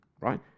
right